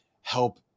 help